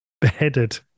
beheaded